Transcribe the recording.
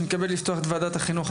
אני מתכבד לפתוח את ועדת החינוך,